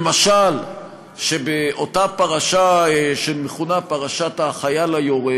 למשל, שבאותה פרשה שמכונה פרשת החייל היורה,